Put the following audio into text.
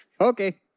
Okay